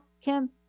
Kim